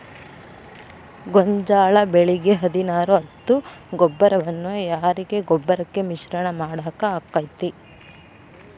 ಗೋಂಜಾಳ ಬೆಳಿಗೆ ಹದಿನಾರು ಹತ್ತು ಗೊಬ್ಬರವನ್ನು ಯೂರಿಯಾ ಗೊಬ್ಬರಕ್ಕೆ ಮಿಶ್ರಣ ಮಾಡಾಕ ಆಕ್ಕೆತಿ?